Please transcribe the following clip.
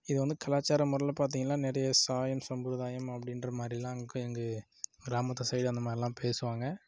இதை வந்து கலாச்சார முறையில் பார்த்திங்கள்னா சாயம் சம்பர்த்தாயம் அப்படிகிற மாதிரிலாம் அங்கே கிராமத்து சைடு அந்த மாதிரிலாம் பேசுவாங்க